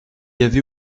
avait